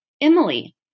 Emily